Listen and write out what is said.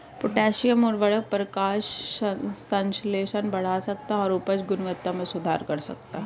potassium उवर्रक प्रकाश संश्लेषण बढ़ा सकता है और उपज गुणवत्ता में सुधार कर सकता है